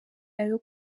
ayo